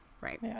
right